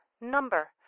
number